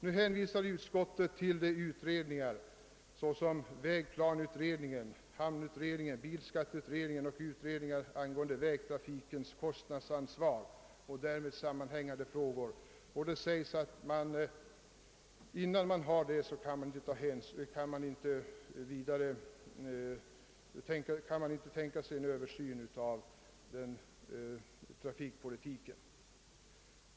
Nu hänvisar utskottet till en del utredningar såsom vägplaneutredningen, hamnutredningen, bilskatteutredningen och utredningen angående vägtrafikens kostnadsansvar och därmed sammanhängande frågor. Det sägs att man inte kan tänka sig en översyn av trafikpolitiken innan dessa utredningar blivit färdiga.